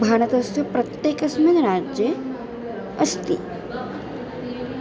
भारतस्य प्रत्येकस्मिन् राज्ये अस्ति